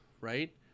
right